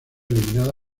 eliminada